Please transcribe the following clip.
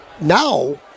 Now